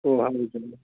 ಓ